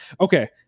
Okay